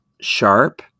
sharp